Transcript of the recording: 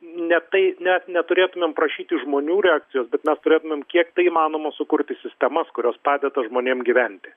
ne tai net neturėtumėm prašyti žmonių reakcijos bet mes turėtumėm kiek tai įmanoma sukurti sistemas kurios padeda žmonėm gyventi